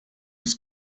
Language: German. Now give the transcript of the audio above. ist